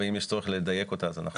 ואם יש צורך לדייק אותה אז אנחנו נדייק.